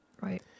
right